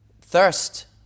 thirst